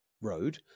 road